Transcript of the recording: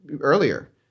earlier